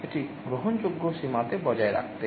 এটি গ্রহণযোগ্য সীমাতে বজায় রাখতে